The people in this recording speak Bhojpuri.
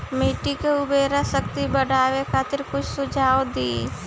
मिट्टी के उर्वरा शक्ति बढ़ावे खातिर कुछ सुझाव दी?